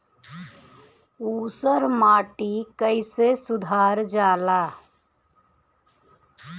ऊसर माटी कईसे सुधार जाला?